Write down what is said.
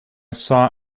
saw